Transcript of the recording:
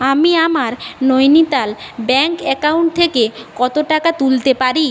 আমি আমার Nainital bank account থেকে কত টাকা তুলতে পারি